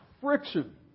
Friction